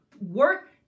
work